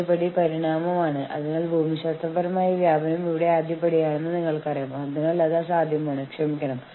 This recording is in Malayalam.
നിർബന്ധിത വിലപേശൽ വിഷയങ്ങൾ എന്നാൽ സ്ഥാപനത്തിന്റെ തൊഴിൽ ബന്ധങ്ങൾ വേതനം തൊഴിൽ സാഹചര്യങ്ങൾ മുതലായ യൂണിയനും മാനേജ്മെന്റും അടിസ്ഥാനപരമായി പരിഗണിക്കുന്ന വിഷയങ്ങളാണ്